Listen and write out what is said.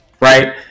right